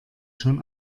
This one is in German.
schon